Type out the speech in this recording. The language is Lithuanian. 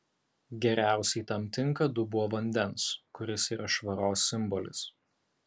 geriausiai tam tinka dubuo vandens kuris yra švaros simbolis